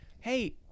hey